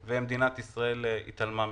אבל מדינת ישראל התעלמה מכך.